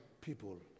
people